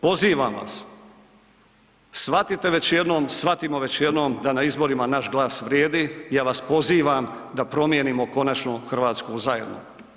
Pozivam vas, shvatite već jednom, shvatimo već jednom da na izborima naš glas vrijedi i ja vas pozivam da promijenimo konačno Hrvatsku zajedno.